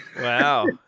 Wow